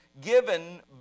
given